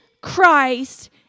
Christ